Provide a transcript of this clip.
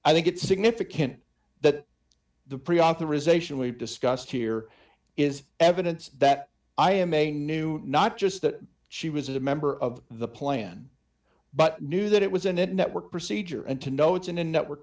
i think it's significant that the preauthorization we've discussed here is evidence that i am a new not just that she was a member of the plan what knew that it was in a network procedure and to know its in a network